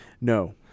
no